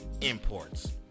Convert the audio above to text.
imports